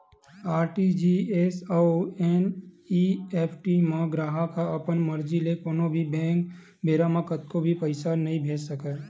RTGS अउ NEFT म गराहक ह अपन मरजी ले कोनो भी बेरा म कतको भी पइसा नइ भेज सकय